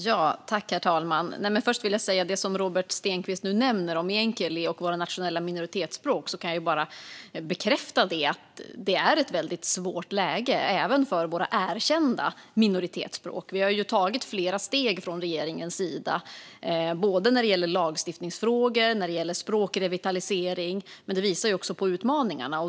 Herr talman! För att börja med det som Robert Stenkvist nu nämner om meänkieli och våra nationella minoritetsspråk kan jag bara bekräfta att det är ett väldigt svårt läge även för våra erkända minoritetsspråk. Vi har tagit flera steg från regeringens sida när det gäller både lagstiftningsfrågor och språkrevitalisering, men det visar också på utmaningarna.